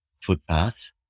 footpath